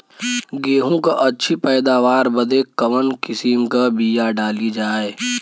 गेहूँ क अच्छी पैदावार बदे कवन किसीम क बिया डाली जाये?